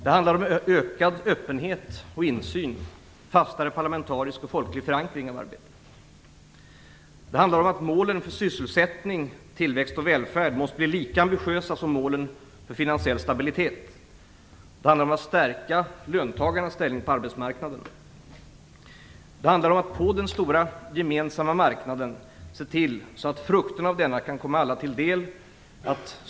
Det handlar om ökad öppenhet och insyn, fastare parlamentarisk och folklig förankring av arbetet. Det handlar om att målen för sysselsättning, tillväxt och välfärd måste bli lika ambitiösa som målen för finansiell stabilitet. Det handlar om att stärka löntagarnas ställning på arbetsmarknaden. Det handlar om att se till att frukterna av den stora gemensamma marknaden kan komma alla till del.